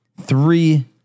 three